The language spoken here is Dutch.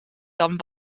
dan